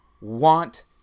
want